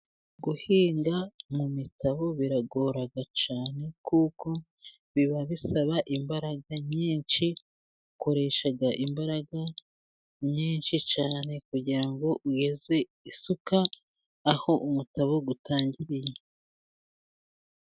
Guhinga mumitabo biragora cyane, kuko biba bisaba imbaraga nyinshi, ukoresha imbaraga nyinshi cyane kugira ngo ugeze isuka, aho umutabo utangiriye.